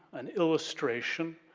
an illustration